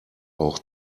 auch